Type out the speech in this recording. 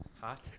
Hot